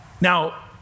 Now